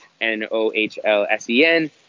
N-O-H-L-S-E-N